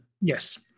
Yes